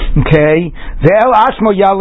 okay